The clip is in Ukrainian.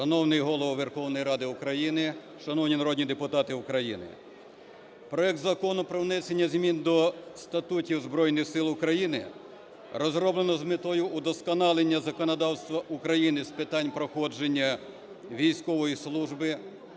Шановний Голово Верховної Ради України, шановні народні депутати України. Проект Закону про внесення змін до статутів Збройних Сил України розроблено з метою вдосконалення законодавства України з питань проходження військової служби,